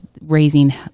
raising